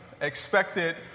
expected